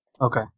Okay